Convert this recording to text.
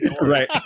Right